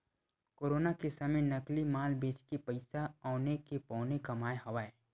corona के समे नकली माल बेचके पइसा औने के पौने कमाए हवय